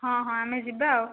ହଁ ହଁ ଆମେ ଯିବା ଆଉ